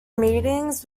meetings